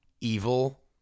evil